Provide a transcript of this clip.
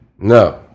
No